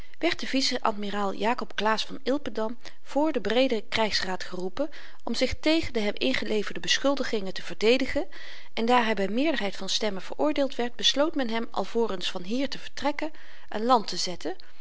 werd de vice-admiraal jakob claesz van ilpendam voor den breeden krygsraad geroepen om zich tegen de hem ingeleverde beschuldigingen te verdedigen en daar hy by meerderheid van stemmen veroordeeld werd besloot men hem alvorens van hier te vertrekken aan land te zetten